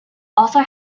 also